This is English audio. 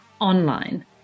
online